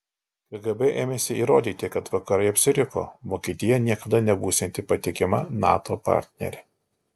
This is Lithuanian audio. kgb ėmėsi įrodyti kad vakarai apsiriko vokietija niekada nebūsianti patikima nato partnerė